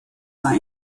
war